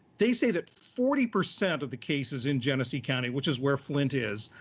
they say that forty percent of the cases in genesee county, which is where flint is,